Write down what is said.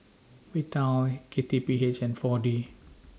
Vital K T P H and four D